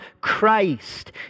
Christ